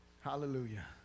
Hallelujah